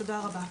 תודה רבה.